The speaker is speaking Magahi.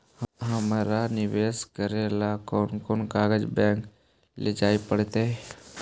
हमरा निवेश करे ल कोन कोन कागज बैक लेजाइ पड़तै?